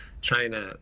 China